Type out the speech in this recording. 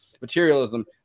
materialism